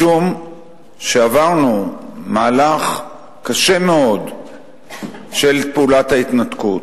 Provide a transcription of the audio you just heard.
משום שעברנו מהלך קשה מאוד של פעולת ההתנתקות.